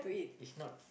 it's not